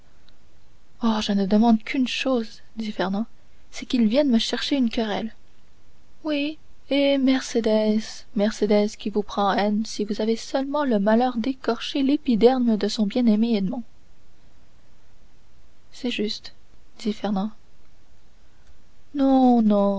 oh je ne demande qu'une chose dit fernand c'est qu'il vienne me chercher une querelle oui et mercédès mercédès qui vous prend en haine si vous avez seulement le malheur d'écorcher l'épiderme à son bien-aimé edmond c'est juste dit fernand non non